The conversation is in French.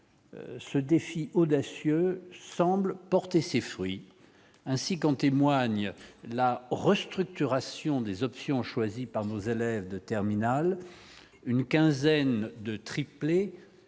ce défi audacieux semble porter ses fruits, ainsi qu'en témoigne la restructuration des options choisies par nos élèves de terminale, une quinzaine de tripler